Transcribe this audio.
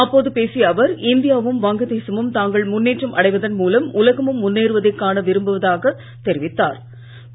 அப்போது பேசிய அவர் இந்தியாவும் வங்க தேசமும் தாங்கள் முன்னேற்றம் அடைவதன்மூலம் உலகமும் முன்னேறுவதை காண விரும்புவதாக தொிவித்தாா்